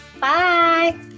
Bye